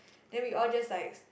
then we all just like